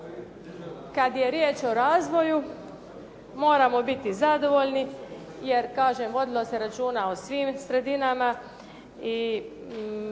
Kada je riječ o razvoju, moramo biti zadovoljni, jer kažemo odmah se računa o svim sredinama i